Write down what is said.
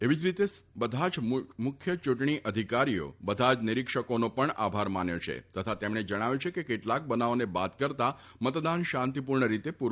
એવી જ રીતે બધા જ મુખ્ય ચૂંટણી અધિકારીઓ બધા જ નિરીક્ષકોનો પણ આભાર માન્યો છે તથા તેમણે જણાવ્યું કે કેટલાક બનાવોને બાદ કરતા મતદાન શાંતિપૂર્ણ રીતે પુરૂ થયું છે